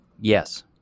Yes